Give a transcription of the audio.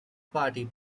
party